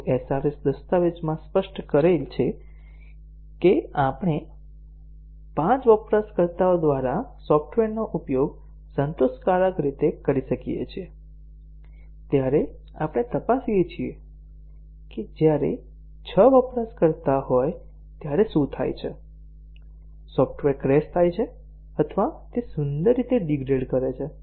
જો SRS દસ્તાવેજ સ્પષ્ટ કરે છે કે આપણે 5 વપરાશકર્તાઓ દ્વારા સોફ્ટવેરનો ઉપયોગ સંતોષકારક રીતે કરી શકીએ છીએ ત્યારે આપણે તપાસીએ છીએ કે જ્યારે 6 વપરાશકર્તાઓ હોય ત્યારે શું થાય છે સોફ્ટવેર ક્રેશ થાય છે અથવા તે સુંદર રીતે ડિગ્રેડ કરે છે